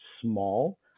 small